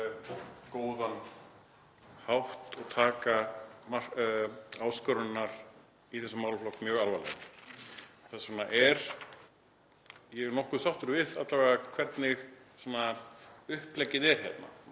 góðan hátt og taka áskoranirnar í þessum málaflokki mjög alvarlega. Þess vegna er ég nokkuð sáttur við hvernig uppleggið er hérna,